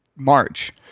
March